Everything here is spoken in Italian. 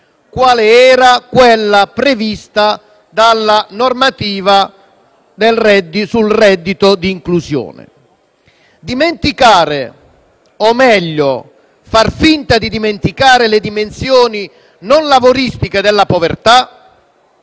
quale era quella prevista dalla normativa sul reddito di inclusione. Dimenticare o, meglio, far finta di dimenticare le dimensioni non lavoristiche della povertà,